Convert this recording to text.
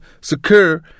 secure